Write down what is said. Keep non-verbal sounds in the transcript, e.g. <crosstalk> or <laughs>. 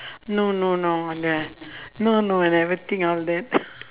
no no no no no ya no no no I never think all that <laughs>